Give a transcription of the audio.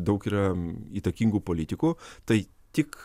daug yra įtakingų politikų tai tik